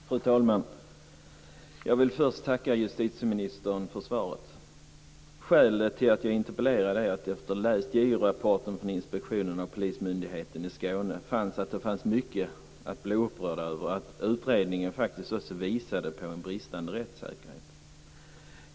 Fru talman! Jag vill först tacka justitieministern för svaret. Skälet till att jag har interpellerat är att jag efter att ha läst JO-rapporten från inspektionen av Polismyndigheten i Skåne fann att det fanns mycket att bli upprörd över. Utredningen visade faktiskt också på en bristande rättssäkerhet.